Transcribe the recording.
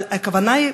אבל הכוונה היא,